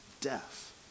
death